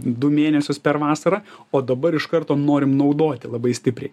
du mėnesius per vasarą o dabar iš karto norim naudoti labai stipriai